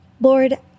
lord